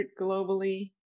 globally